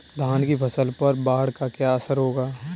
धान की फसल पर बाढ़ का क्या असर होगा?